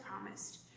promised